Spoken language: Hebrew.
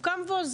הוא קם ועוזב.